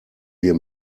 wir